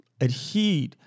adhere